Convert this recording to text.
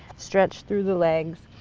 stretch through the legs,